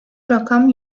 rakam